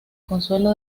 consuelo